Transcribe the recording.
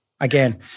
again